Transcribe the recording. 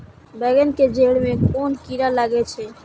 बेंगन के जेड़ में कुन कीरा लागे छै?